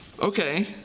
okay